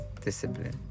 discipline